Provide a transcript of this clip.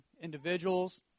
Individuals